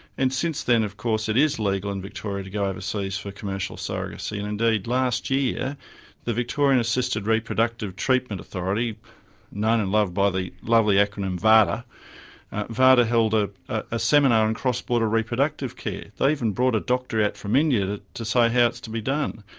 and since then, of course, it is legal in victoria to go overseas for commercial surrogacy and indeed last year the victorian assisted reproductive treatment authority known and loved by the lovely acronym varta varta held ah a seminar in cross-border reproductive care. they even brought a doctor out from india to to say how it's to be done.